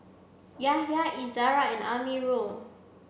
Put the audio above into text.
Yahya Izara and Amirul